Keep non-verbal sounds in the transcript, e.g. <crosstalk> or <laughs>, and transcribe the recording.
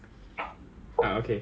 <laughs> hi